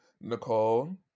Nicole